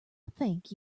thank